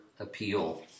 appeal